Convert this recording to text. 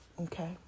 okay